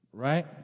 Right